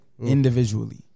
Individually